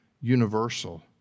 universal